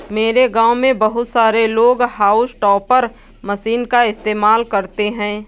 मेरे गांव में बहुत सारे लोग हाउस टॉपर मशीन का इस्तेमाल करते हैं